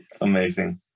amazing